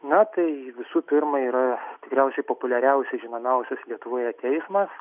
na tai visų pirma yra tikriausiai populiariausias žinomiausias lietuvoje teismas